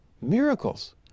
Miracles